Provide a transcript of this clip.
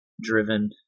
driven